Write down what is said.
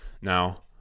Now